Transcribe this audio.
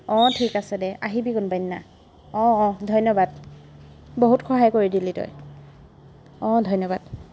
অঁ ঠিক আছে দে আহিবি কোনোবা দিনা অঁ অঁ ধন্যবাদ বহুত সহায় কৰি দিলি তই অঁ ধন্যবাদ